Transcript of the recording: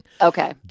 Okay